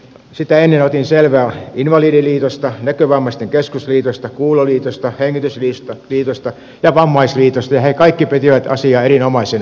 sitä ennen otin selvää invalidiliitosta näkövammaisten keskusliitosta kuuloliitosta hengitysliitosta ja vammaisliitosta ja kaikki pitivät asiaa erinomaisena